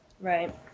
Right